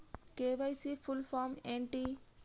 KYC full form ఏంటి?